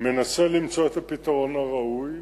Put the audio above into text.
מנסה למצוא את הפתרון הראוי.